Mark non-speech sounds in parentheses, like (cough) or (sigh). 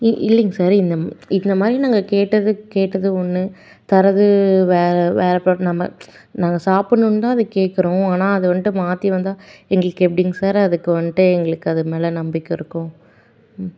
இ இல்லைங்க சார் இந்த இந்த மாதிரி நாங்கள் கேட்டது கேட்டது ஒன்று தரது வேற வேற (unintelligible) நம்ம நாங்கள் சாப்பிட்ணுன்னு தான் அதை கேட்குறோம் ஆனால் அதை வந்துட்டு மாற்றி வந்தால் எங்களுக்கு எப்படிங்க சார் அதுக்கு வந்துட்டு எங்களுக்கு அது மேலே நம்பிக்கை இருக்கும் ம்